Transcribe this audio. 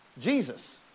Jesus